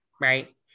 right